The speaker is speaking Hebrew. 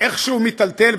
איכשהו מיטלטל,